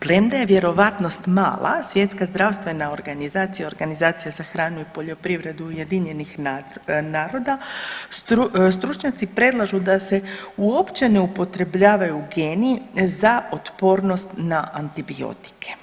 Premda je vjerojatnost mala Svjetska zdravstvena organizacija i Organizacija za hranu i poljoprivredu Ujedinjenih naroda stručnjaci predlažu da se uopće ne upotrebljavaju geni za otpornost na antibiotike.